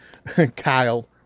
kyle